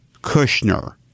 Kushner